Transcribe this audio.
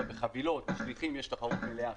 אבל בחבילות שליחים יש תחרות מלאה.